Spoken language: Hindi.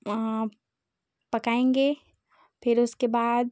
पकाएँगे फिर उसके बाद